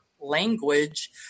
language